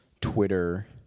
Twitter